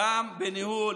גם בניהול